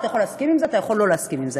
אתה יכול להסכים עם זה ואתה יכול לא להסכים עם זה.